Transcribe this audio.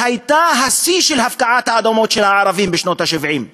היה השיא של הפקעת אדמות של ערבים בשנות ה-70.